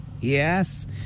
yes